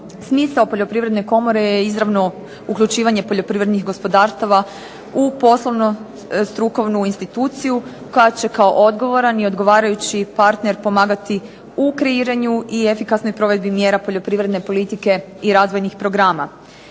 Smisao Poljoprivredne komore je izravno uključivanje poljoprivrednih gospodarstava u poslovno strukovnu instituciju koja će kao odgovoran i odgovarajući partner pomagati u kreiranju i efikasnoj provedbi mjera poljoprivredne politike i razvojnih programa.